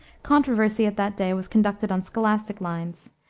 controversy at that day was conducted on scholastic lines.